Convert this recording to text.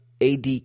AD